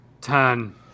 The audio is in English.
Ten